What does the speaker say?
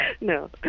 No